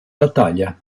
battaglia